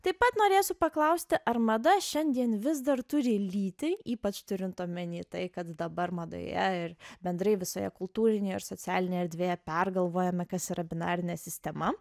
taip pat norėsiu paklausti ar mada šiandien vis dar turi lytį ypač turint omeny tai kad dabar madoje ir bendrai visoje kultūrinėj ir socialinėj erdvėje pergalvojama kas yra binarinė sistema